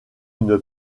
une